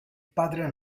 padre